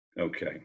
Okay